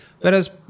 Whereas